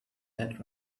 that